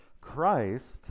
Christ